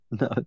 No